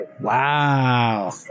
Wow